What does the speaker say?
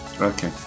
Okay